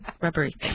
rubbery